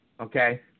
Okay